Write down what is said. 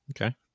Okay